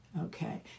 okay